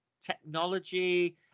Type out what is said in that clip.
technology